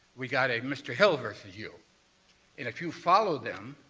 we've got a mr. hill vs. you, and if you follow them,